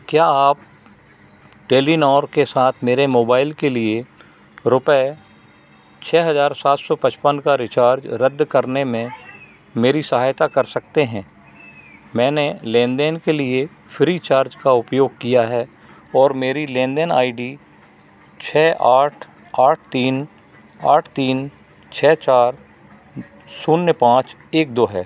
क्या आप टेलीनॉर के साथ मेरे मोबाइल के लिए रुपये छः हज़ार सात सौ पचपन का रिचार्ज रद्द करने में मेरी सहायता कर सकते हैं मैने लेन देन के लिए फ्रीचार्ज का उपयोग किया है और मेरी लेन देन आई डी छः आठ आठ तीन आठ तीन छः चार शून्य पाँच एक दो है